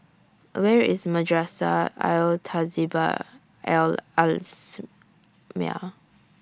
Where IS Madrasah Al Tahzibiah Al Islamiah